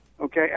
Okay